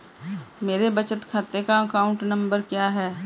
मेरे बचत खाते का अकाउंट नंबर क्या है?